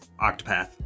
Octopath